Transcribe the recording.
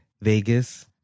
Vegas